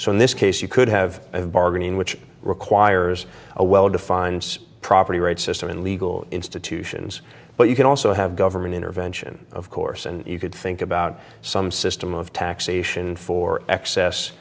so in this case you could have a bargain in which requires a well defined property rights system and legal institutions but you can also have government intervention of course and you could think about some system of taxation for excess